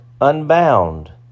unbound